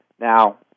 Now